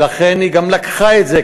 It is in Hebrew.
ולכן היא גם לקחה את זה,